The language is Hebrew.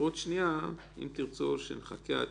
אפשרות שנייה, אם תרצו שנחכה עד